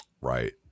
Right